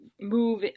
move